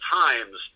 times